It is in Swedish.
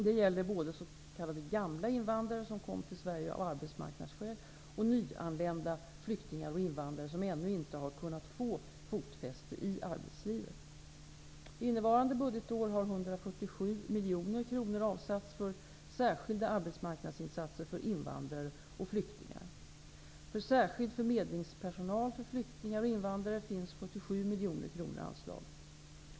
Detta gäller både ''gamla'' invandrare som kom till Sverige av arbetsmarknadsskäl och nyanlända flyktingar och invandrare som ännu inte har kunnat få fotfäste i arbetslivet. Innevarande budgetår har 147 miljoner kronor avsatts för särskilda arbetsmarknadsinsatser för invandrare och flyktingar. För särskild förmedlingspersonal för flyktingar och invandrare finns 47 miljoner kronor anslagna.